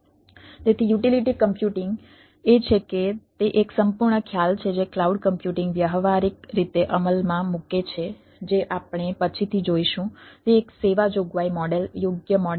તેથી utility computing એ છે કે તે એક સંપૂર્ણ ખ્યાલ છે જે ક્લાઉડ કમ્પ્યુટિંગ વ્યવહારીક રીતે અમલમાં મૂકે છે જે આપણે પછીથી જોઈશું તે એક સેવા જોગવાઈ મોડેલ મોડેલ